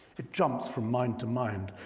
it jumps from mind to mind,